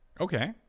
Okay